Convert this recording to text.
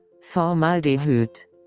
Formaldehyd